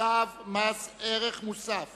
צו מס ערך מוסף